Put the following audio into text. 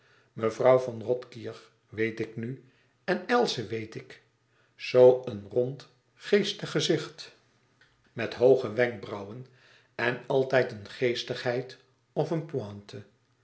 mevrouw von rothkirch weet ik nu en else weet ik zoo een rond geestig gezicht met hooge wenkbrauwen en altijd een geestigheid of een pointe